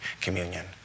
communion